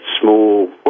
small